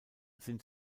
sind